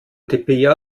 tabea